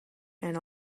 and